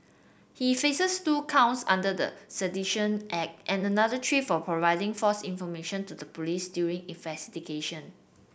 he faces two counts under the Sedition Act and another three for providing false information to the police during investigation